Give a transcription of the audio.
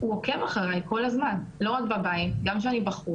כי כשמתקשרים למשטרה,